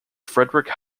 friedrich